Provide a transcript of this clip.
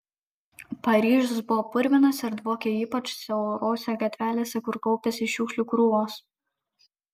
paryžius buvo purvinas ir dvokė ypač siaurose gatvelėse kur kaupėsi šiukšlių krūvos